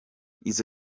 izo